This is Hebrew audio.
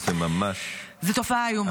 זאת תופעה איומה.